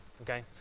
okay